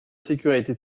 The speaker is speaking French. sécurité